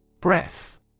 Breath